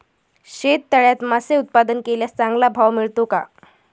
शेततळ्यात मासे उत्पादन केल्यास चांगला भाव मिळतो का?